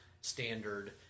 standard